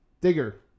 Digger